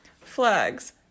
Flags